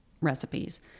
recipes